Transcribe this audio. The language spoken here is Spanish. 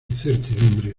incertidumbre